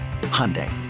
Hyundai